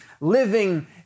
living